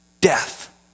Death